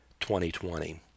2020